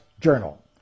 Journal